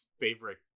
favorite